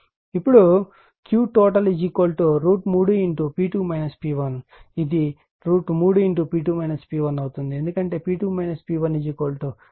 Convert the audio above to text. ఇప్పుడుQT √ 3 P2 P1ఇది √ 3 అవుతుంది ఎందుకంటే P2 P1 1497